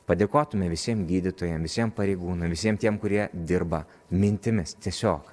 padėkotume visiem gydytojam visiem pareigūnam visiem tiem kurie dirba mintimis tiesiog